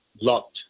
locked